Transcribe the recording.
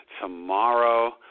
tomorrow